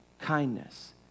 kindness